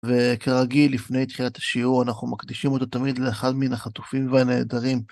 וכרגיל, לפני התחילת השיעור, אנחנו מקדישים אותו תמיד לאחד מן החטופים והנעדרים.